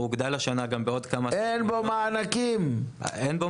הוא הוגדל השנה בעוד כמה --- אין בו